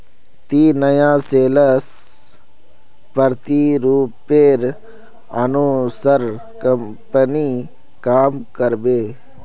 अब नया सेल्स प्रतिरूपेर अनुसार कंपनी काम कर बे